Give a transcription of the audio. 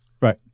Right